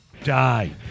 Die